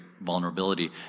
vulnerability